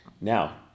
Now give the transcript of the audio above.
Now